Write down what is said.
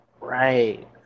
right